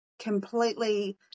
completely